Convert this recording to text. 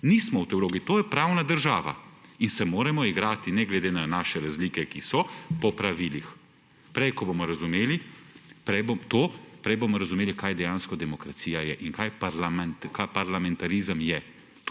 Nismo v tej vlogi. To je pravna država in se moramo igrati, ne glede na naše razlike, ki so, po pravilih. Prej ko bomo razumeli to, prej bomo razumeli, kaj dejansko demokracija je in kaj parlamentarizem je.